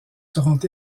seront